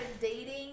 dating